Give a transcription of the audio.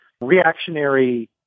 reactionary